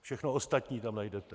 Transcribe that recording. Všechno ostatní tam najdete.